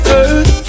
earth